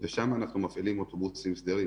ושם אנחנו מפעילים אוטובוסים סדירים,